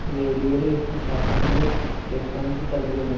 ରେଡ଼ିଓରେ ଏକ ଶାସ୍ତ୍ରୀୟ ଷ୍ଟେସନକୁ ଚାଲୁ କରନ୍ତୁ